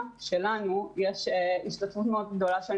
שלנו יש השתתפות מאוד גדולה של נערות.